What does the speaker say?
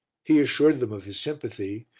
he assured them of his sympathy,